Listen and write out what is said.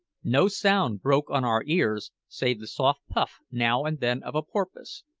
no sound broke on our ears save the soft puff now and then of a porpoise,